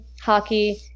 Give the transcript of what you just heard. hockey